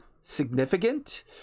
significant